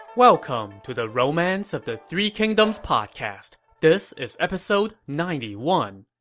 welcome to the romance of the three kingdoms podcast. this is episode ninety one